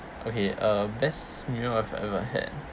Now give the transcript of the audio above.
okay uh best meal I've ever had